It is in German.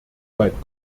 weit